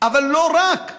אבל לא רק.